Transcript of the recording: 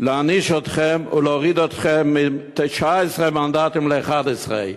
להעניש אתכם ולהוריד אתכם מ-19 מנדטים ל-11.